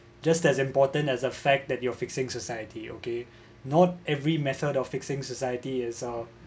just as important as a fact that you're fixing society okay not every method of fixing society is a